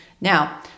Now